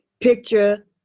Picture